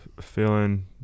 Feeling